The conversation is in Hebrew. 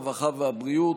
הרווחה והבריאות,